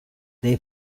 they